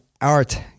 art